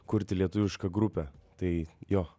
kurti lietuvišką grupę tai jo